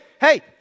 hey